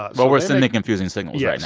ah but we're sending confusing signals yeah yeah